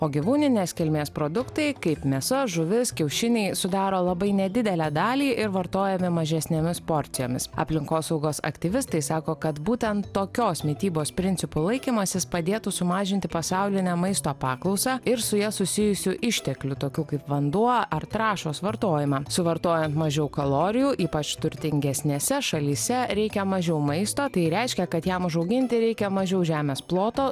o gyvūninės kilmės produktai kaip mėsa žuvis kiaušiniai sudaro labai nedidelę dalį ir vartojami mažesnėmis porcijomis aplinkosaugos aktyvistai sako kad būtent tokios mitybos principų laikymasis padėtų sumažinti pasaulinę maisto paklausą ir su ja susijusių išteklių tokių kaip vanduo ar trąšos vartojimą suvartojant mažiau kalorijų ypač turtingesnėse šalyse reikia mažiau maisto tai reiškia kad jam užauginti reikia mažiau žemės ploto